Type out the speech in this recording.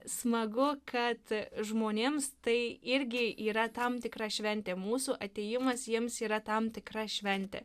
smagu kad žmonėms tai irgi yra tam tikra šventė mūsų atėjimas jiems yra tam tikra šventė